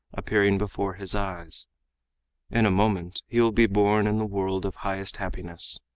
appearing before his eyes in a moment he will be born in the world of highest happiness.